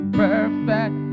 perfect